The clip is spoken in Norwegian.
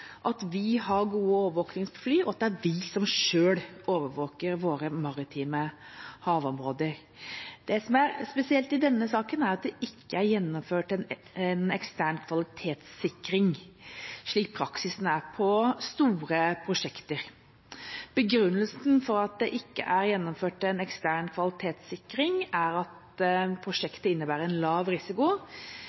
at vi har gode overvåkningsfly, og at det er vi som selv overvåker våre maritime havområder. Det som er spesielt i denne saken, er at det ikke er gjennomført en ekstern kvalitetssikring, slik praksisen er på store prosjekter. Begrunnelsen for at det ikke er gjennomført en ekstern kvalitetssikring, er at prosjektet innebærer en lav risiko,